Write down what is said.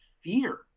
fear